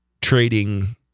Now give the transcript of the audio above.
trading